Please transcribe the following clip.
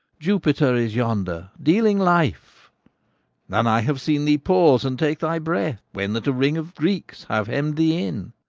jupiter is yonder, dealing life and i have seen thee pause and take thy breath, when that a ring of greeks have hemm'd thee in,